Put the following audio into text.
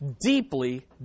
deeply